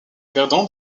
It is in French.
perdants